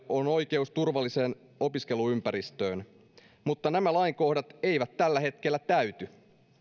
on oikeus turvalliseen opiskeluympäristöön mutta nämä lainkohdat eivät tällä hetkellä täyty